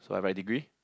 so I write degree